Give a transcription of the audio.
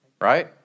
Right